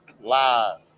live